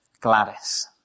Gladys